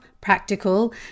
practical